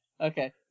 Okay